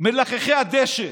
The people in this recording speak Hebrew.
מלחכי הדשא.